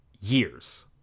years